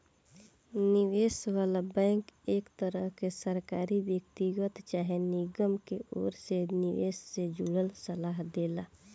निवेश वाला बैंक एक तरह के सरकारी, व्यक्तिगत चाहे निगम के ओर से निवेश से जुड़ल सलाह देला